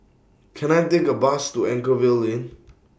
Can I Take A Bus to Anchorvale Lane